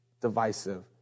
divisive